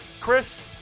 Chris